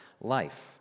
life